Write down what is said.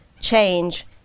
change